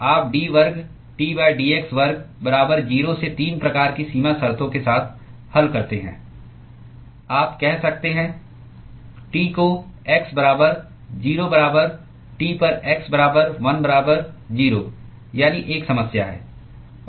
आप d वर्ग T d x वर्ग बराबर 0 से 3 प्रकार की सीमा शर्तों के साथ हल करते हैं आप कह सकते हैं T को x बराबर 0 बराबर T पर x बराबर 1 बराबर 0 यानी 1 समस्या है